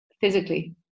physically